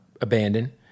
abandoned